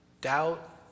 doubt